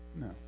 No